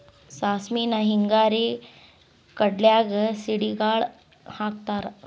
ಸಾಸ್ಮಿನ ಹಿಂಗಾರಿ ಕಡ್ಲ್ಯಾಗ ಸಿಡಿಗಾಳ ಹಾಕತಾರ